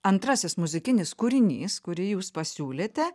antrasis muzikinis kūrinys kurį jūs pasiūlėte